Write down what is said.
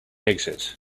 exit